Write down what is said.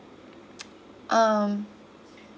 um